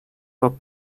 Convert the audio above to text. pot